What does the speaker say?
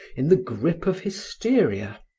in the grip of hysteria.